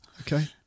Okay